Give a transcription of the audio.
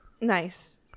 Nice